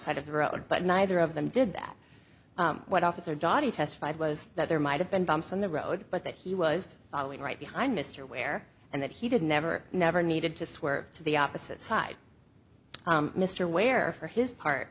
side of the road but neither of them did that what officer dadi testified was that there might have been bumps on the road but that he was following right behind mr ware and that he did never never needed to swerve to the opposite side mr ware for his part